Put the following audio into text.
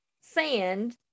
sand